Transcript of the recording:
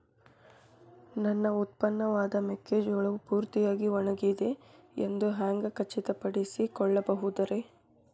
ನನ್ನ ಉತ್ಪನ್ನವಾದ ಮೆಕ್ಕೆಜೋಳವು ಪೂರ್ತಿಯಾಗಿ ಒಣಗಿದೆ ಎಂದು ಹ್ಯಾಂಗ ಖಚಿತ ಪಡಿಸಿಕೊಳ್ಳಬಹುದರೇ?